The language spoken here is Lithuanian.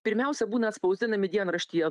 pirmiausia būna atspausdinami dienraštyje